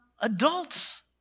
adults